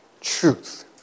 truth